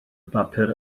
papur